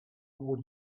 would